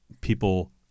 people